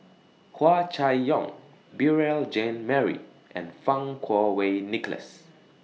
Hua Chai Yong Beurel Jean Marie and Fang Kuo Wei Nicholas